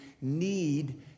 need